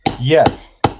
Yes